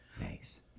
Nice